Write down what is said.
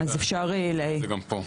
נוכל להציג את זה גם פה.